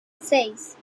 seis